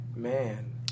Man